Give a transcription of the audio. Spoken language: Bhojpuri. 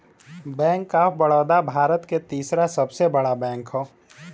बैंक ऑफ बड़ोदा भारत के तीसरा सबसे बड़ा बैंक हौ